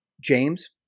James